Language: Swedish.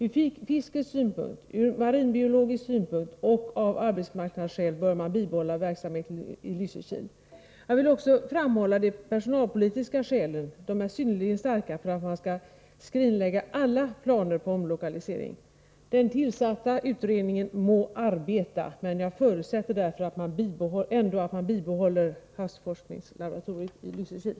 Ur fiskets synpunkt, ur marinbiologisk synpunkt och av arbetsmarknadsskäl bör man bibehålla verksamheten i Lysekil. Jag vill också framhålla de personalpolitiska skälen, som är synnerligen starka, för att man skall skrinlägga alla planer på omlokalisering. Den tillsatta utredningen må arbeta, men jag förutsätter att man ändå bibehåller havsfiskelaboratoriet i Lysekil.